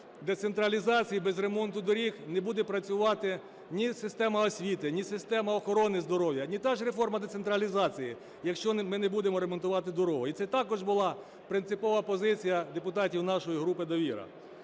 децентралізації, без ремонту доріг не буде працювати ні система освіти, ні система охорони здоров'я, ні та ж реформа децентралізації, якщо ми не будемо ремонтувати дороги. І це також була принципова позиція депутатів нашої групи "Довіра"